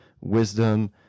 wisdom